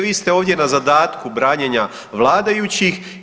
Vi ste ovdje na zadatku branjenja vladajućih.